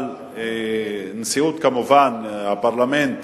כמובן על נשיאות הפרלמנט